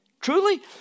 Truly